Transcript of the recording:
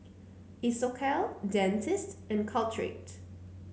Isocal Dentiste and Caltrate